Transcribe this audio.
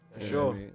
Sure